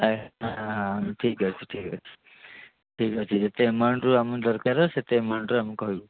ଆଏ ଠିକ୍ ଅଛି ଠିକ୍ ଅଛି ଠିକ୍ ଅଛି ଯେତେ ଏମାଉଣ୍ଟ ଆମ ଦରକାର ସେତେ ଏମାଉଣ୍ଟର ଆମେ କହିବୁ